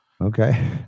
Okay